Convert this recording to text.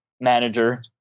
manager